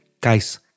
guys